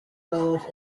laws